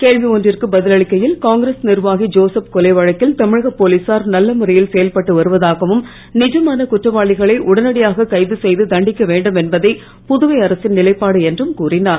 கேள்வி ஒன்றுக்கு பதில் அளிக்கையில் காங்கிரஸ் நிர்வாகி ஜோசப் கொலை வழக்கில் தமிழக போலீசார் நல்லழுறையில் செயல்பட்டு வருவதாகவும் நிஜமான குற்றவாளிகளை உடனடியாகக் கைது செய்து தண்டிக்க வேண்டும் என்பதே புதுவை அரசின் நிலைப்பாடு என்றும் கூறிஞர்